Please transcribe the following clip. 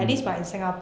mm